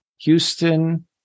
Houston